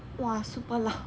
!wah! super loud